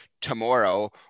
tomorrow